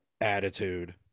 attitude